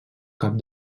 cap